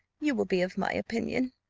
you will be of my opinion.